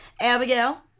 Abigail